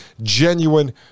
genuine